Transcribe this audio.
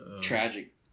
tragic